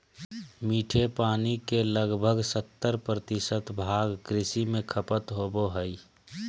मीठे पानी के लगभग सत्तर प्रतिशत भाग कृषि में खपत होबो हइ